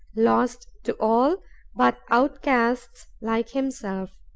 lost to all but outcasts like himself.